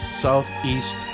southeast